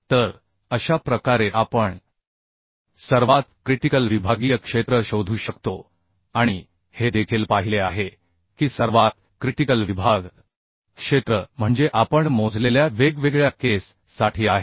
तर अशा प्रकारे आपण सर्वात क्रिटिकल विभागीय क्षेत्र शोधू शकतो आणि हे देखील पाहिले आहे की सर्वात क्रिटिकल विभाग क्षेत्र म्हणजे आपण मोजलेल्या वेगवेगळ्या केस साठी आहे